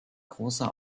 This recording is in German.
großer